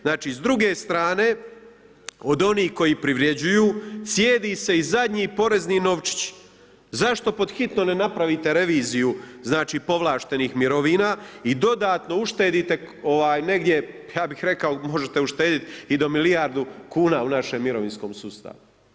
Znači s druge strane, od onih kojih privređuju, cijedi se i zadnji porezni novčić, zašto pod hitno ne napravite reviziju povlaštenih mirovina i dodatno uštedite negdje, ja bih rekao, možete uštedjeti i do milijardu kuna u našem mirovinskom sustavu.